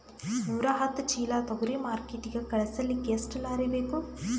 ನೂರಾಹತ್ತ ಚೀಲಾ ತೊಗರಿ ಮಾರ್ಕಿಟಿಗ ಕಳಸಲಿಕ್ಕಿ ಎಷ್ಟ ಲಾರಿ ಬೇಕು?